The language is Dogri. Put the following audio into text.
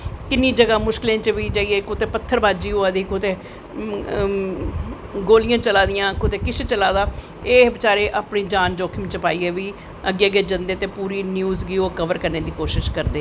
किन्नी जगाह् मुश्कलें च बी जैाईयै कुदै पत्थर बाजी होआ दी कुतै गोलियां चला दियां कुदै कुश चला दा एह् बचैरे अपनी जान जोखिम च जाईयै बी अपनी अग्गैं अग्गैं जंदे ते पूरा न्यूज़ गी ओह् कवर करनें दी कोशिश करदे